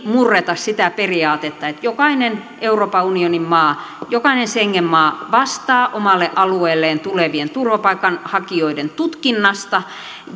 murreta sitä periaatetta että jokainen euroopan unionin maa jokainen schengen maa vastaa omalle alueelleen tulevien turvapaikanhakijoiden tutkinnasta